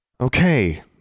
Okay